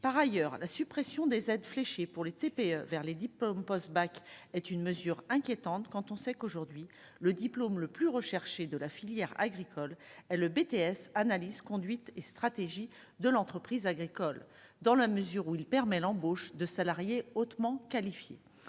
par ailleurs la suppression des aides fléchés pour les TPE, vers les 10 diplômes post-bac est une mesure inquiétante quand on sait qu'aujourd'hui le diplôme le plus recherché de la filière agricole est le BTS analyse conduite et stratégie de l'entreprise agricole dans la mesure où il permet l'embauche de salariés hautement qualifiés